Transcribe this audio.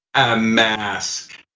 a mask,